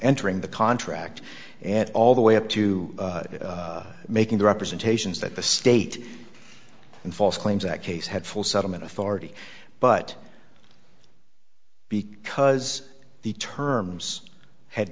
entering the contract and all the way up to making representations that the state and false claims that case had full settlement authority but because the terms had